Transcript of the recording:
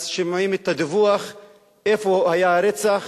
אנחנו שומעים את הדיווח איפה היה רצח